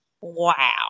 Wow